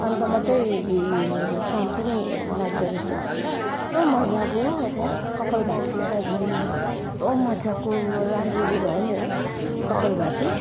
अन्त मात्रै काम पनि लाग्दो रहेछ यस्तो मजाको हो त्यो कपाल भाती त झन् यस्तो मजाको राम्ररी भयो मेरो कपाल भाती